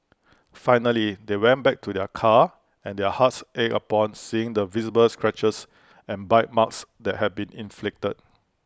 finally they went back to their car and their hearts ached upon seeing the visible scratches and bite marks that had been inflicted